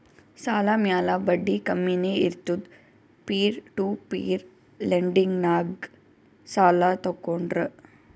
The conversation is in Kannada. ಸಾಲ ಮ್ಯಾಲ ಬಡ್ಡಿ ಕಮ್ಮಿನೇ ಇರ್ತುದ್ ಪೀರ್ ಟು ಪೀರ್ ಲೆಂಡಿಂಗ್ನಾಗ್ ಸಾಲ ತಗೋಂಡ್ರ್